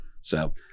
So-